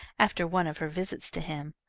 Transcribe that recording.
after one of her visits to him.